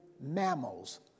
mammals